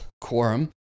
quorum